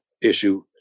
issue